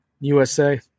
USA